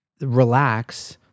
relax